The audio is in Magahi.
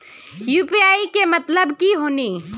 यु.पी.आई के मतलब की होने?